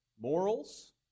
Morals